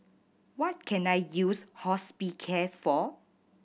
what can I use Hospicare for